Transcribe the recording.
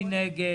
זה לא המקרה.